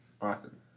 Awesome